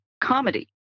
comedy